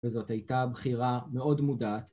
וזאת הייתה בחירה מאוד מודעת